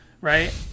right